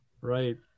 right